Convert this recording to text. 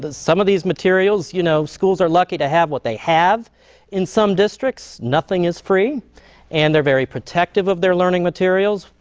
some of these materials, you know schools are lucky to have what they have in some districts, nothing is free and they're very protective of their learning materials.